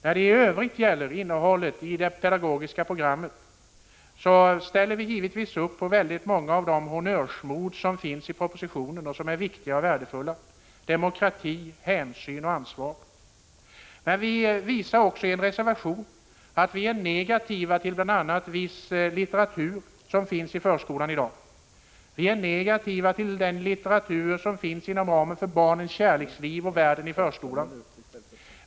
När det i övrigt gäller innehållet i det pedagogiska programmet ställer vi oss givetvis bakom många av de honnörsord i propositionen som är viktiga och värdefulla — demokrati, hänsyn och ansvar. Vi visar dock i en reservation att vi är negativa till bl.a. viss litteratur i förskolan i dag. Vi är negativa till materialet Barnens kärleksliv och Världen i förskolan.